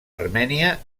armènia